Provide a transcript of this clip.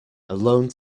alone